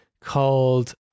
called